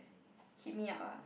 hit me up ah